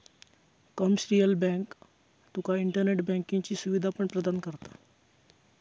commercial bank तुका internet बँकिंगची सुवीधा पण प्रदान करता